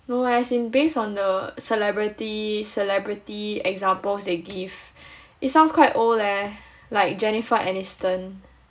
no as in based on a celebrity celebrity examples they give it sounds quite old leh like jennifer aniston